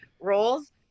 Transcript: roles